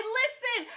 listen